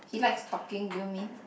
he likes talking do you mean